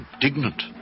indignant